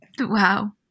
Wow